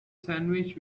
sandwich